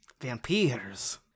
Vampires